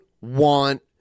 want